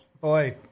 Boy